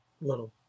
little